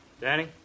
Danny